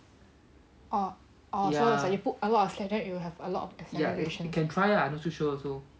orh orh so you put a lot of slash then it'll have a lot reaction